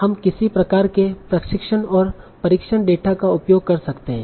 हम किसी प्रकार के प्रशिक्षण और परीक्षण डेटा का उपयोग कर सकते हैं